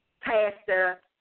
pastor